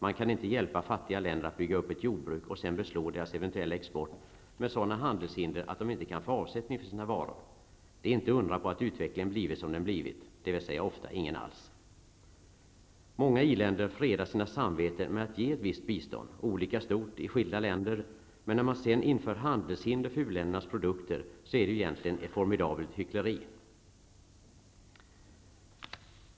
Man kan inte hjälpa fattiga länder att bygga upp ett jordbruk och sedan beslå deras eventuella export med sådana handelshinder att de inte kan få avsättning för sina varor. Det är inte att undra på att utvecklingen blivit som den blivit, dvs. ofta ingen alls. I många i-länder fredar man sitt samvete med att ge ett visst bistånd, olika stort i skilda länder, men när man sedan inför handelshinder för u-ländernas produkter, är det egentligen ett formidabelt hyckleri som det handlar om.